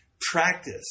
practice